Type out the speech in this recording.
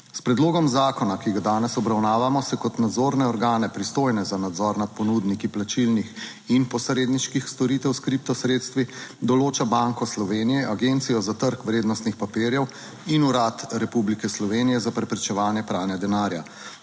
S predlogom zakona, ki ga danes obravnavamo se kot nadzorne organe pristojne za nadzor nad ponudniki plačilnih in posredniških storitev s kripto sredstvi določa Banko Slovenije, Agencijo za trg vrednostnih papirjev in Urad Republike Slovenije za preprečevanje pranja denarja.